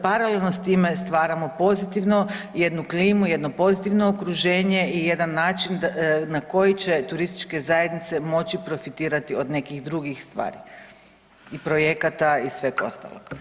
Paralelno s time stvaramo pozitivnu klimu, jedno pozitivno okruženje i jedan način na koji će turističke zajednice moći profitirati od nekih drugih stvari i projekata i sveg ostalog.